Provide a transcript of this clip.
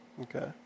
Okay